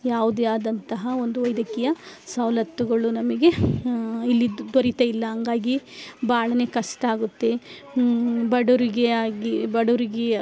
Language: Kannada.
ಯಾವುದೇ ಆದಂತಹ ಒಂದು ವೈದ್ಯಕೀಯ ಸವಲತ್ತುಗಳು ನಮಗೆ ಇಲ್ಲಿ ದೊರಿತಾ ಇಲ್ಲ ಹಂಗಾಗಿ ಭಾಳನೆ ಕಷ್ಟ ಆಗುತ್ತೆ ಬಡವರಿಗೆ ಆಗಿ ಬಡವರಿಗೆ